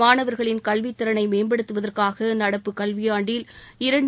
மாணவர்களின் கல்வித் திறனை மேம்படுத்துவதற்காக நடப்பு கல்வியாண்டில் இரண்டு